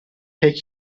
pek